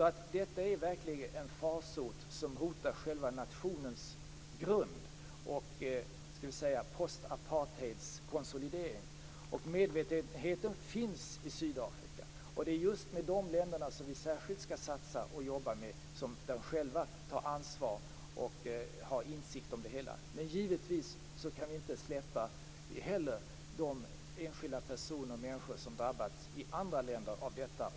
Detta är alltså verkligen en farsot som hotar själva nationens grund och, så att säga, post-apartheids konsolidering. Medvetenheten finns i Sydafrika, och det är just de länderna som vi särskilt skall satsa på och jobba med: De som själva tar ansvar och har insikt om det hela. Men givetvis kan vi inte släppa de enskilda personer i andra länder som drabbas av detta.